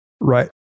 Right